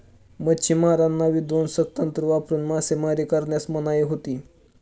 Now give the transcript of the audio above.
मच्छिमारांना विध्वंसक तंत्र वापरून मासेमारी करण्यास मनाई होती